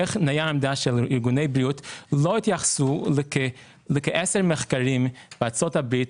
איך ארגוני הבריאות אלא התייחסו לכ-10 מחקרים בארצות הברית